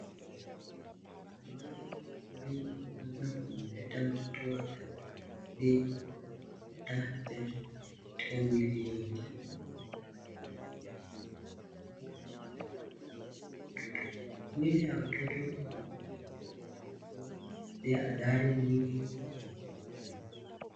Mama huyu ameweza kumleta mtoto wake ili aweze kupata chanjo katika mwili yake. Chanjo ni ya kuzuia magonjwa kama vile kupooza kwa mtoto, mwili wa mtoto huwa na athari nyingi za magonjwa.